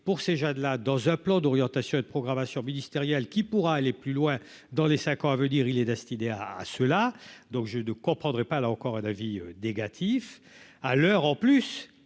pour ces jeunes là dans un plan d'orientation et de programmation ministérielle qui pourra aller plus loin dans les 5 ans à venir, il est destiné à à cela, donc j'ai 2 comprendrait pas là encore à la vie